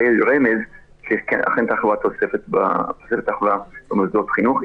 זה רמז לכך שיש אכן תוספת תחלואה במוסדות החינוך,